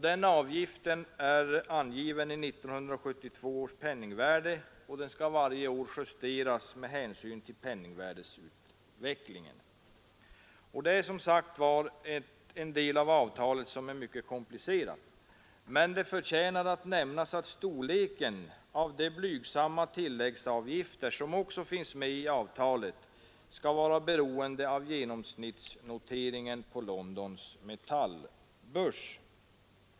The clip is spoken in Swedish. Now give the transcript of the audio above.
Denna avgift är angiven i 1972 års penningvärde och skall varje år justeras med hänsyn till penningvärdeutvecklingen. Den delen av avtalet är som sagt mycket komplicerad, men det förtjänar att nämnas att storleken av de blygsamma tilläggsavgifter som också finns med i avtalet skall vara beroende av genomsnittsnoteringarna på Londons metallbörs.